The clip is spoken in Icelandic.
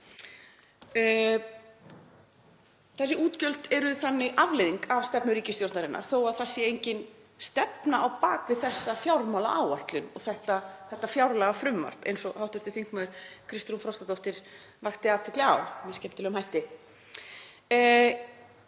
Þessi útgjöld eru þannig afleiðing af stefnu ríkisstjórnarinnar þó að það sé engin stefna á bak við þessa fjármálaáætlun og þetta fjárlagafrumvarp, eins og hv. þm. Kristrún Frostadóttir vakti athygli á með skemmtilegum hætti.